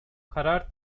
karar